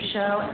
Show